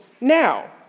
now